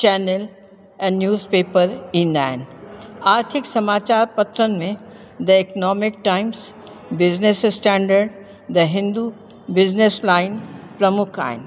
channel ऐं newspaper ईंदा आहिनि आर्थिक समाचारु पत्रनि में the Economic Times Business Standard the Hindu Business Line प्रमुख आहिनि